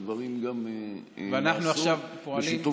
דברים גם נעשו בשיתוף פעולה,